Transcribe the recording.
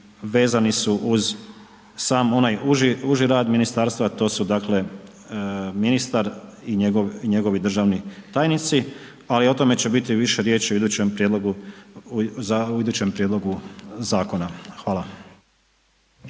vezani su uz sam onaj uži rad ministarstva, to su dakle, ministar i njegovi državni tajnici, ali o tome će biti više riječi u idućem prijedlogu zakona. Hvala.